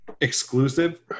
exclusive